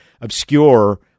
obscure